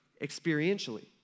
experientially